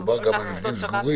מדובר על מבנים סגורים.